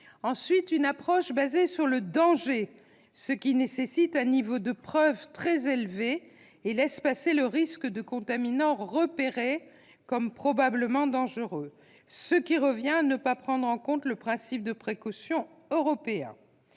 -et une approche fondée sur le danger, ce qui nécessite un niveau de preuve très élevé et laisse passer le risque de contaminants repérés comme probablement dangereux. Cela revient à ne pas prendre en compte le principe de précaution européen.